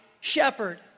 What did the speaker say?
shepherd